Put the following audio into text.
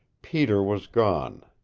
peter was gone.